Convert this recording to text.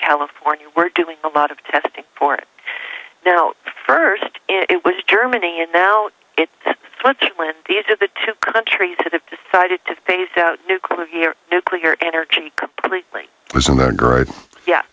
california we're doing a lot of testing for it now first it was germany and now it's when these are the two countries that have decided to phase out nuclear here nuclear energy completely